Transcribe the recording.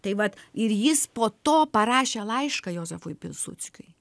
tai vat ir jis po to parašė laišką juozefui pilsudskiui